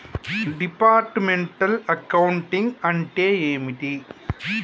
Departmental accounting అంటే ఏమిటి?